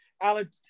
Alan